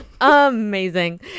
Amazing